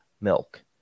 milk